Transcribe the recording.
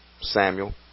Samuel